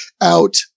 out